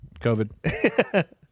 COVID